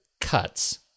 cuts